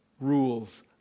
rules